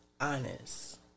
honest